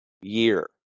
year